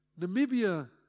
Namibia